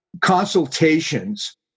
consultations